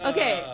Okay